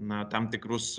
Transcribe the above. na tam tikrus